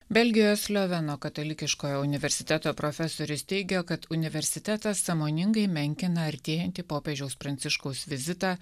belgijos lioveno katalikiškojo universiteto profesorius teigia kad universitetas sąmoningai menkina artėjantį popiežiaus pranciškaus vizitą